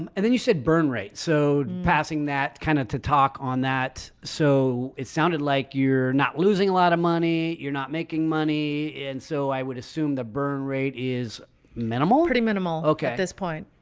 um and then you said burn rate. so passing that kind of to talk on that. so it sounded like you're not losing a lot of money, you're not making money. and so i would assume the burn rate is minimal, pretty minimal, okay, at this point,